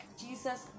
Jesus